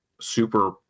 super